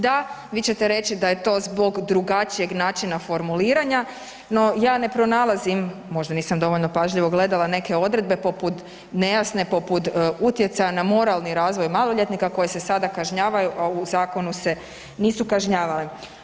Da, vi ćete reći da je to zbog drugačijeg načina formuliranja, no ja ne pronalazim, možda nisam dovoljno pažljivo gledala neke odredbe poput nejasne poput utjecaja na moralni razvoj maloljetnika koje se sada kažnjavaju, a u zakonu se nisu kažnjavali.